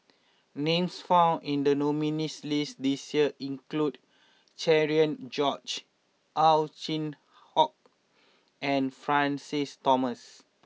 names found in the nominees' list this year include Cherian George Ow Chin Hock and Francis Thomas